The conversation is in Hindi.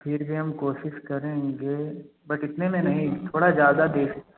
फिर भी हम कोशिश करेंगे बट इतने में नहीं थोड़ा ज़्यादा दे